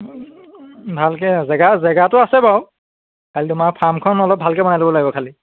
ভালকৈ জেগা জেগাটো আছে বাৰু খালি তোমাৰ ফাৰ্মখন অলপ ভালকৈ বনাই ল'ব লাগিব খালি